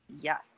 Yes